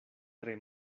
tre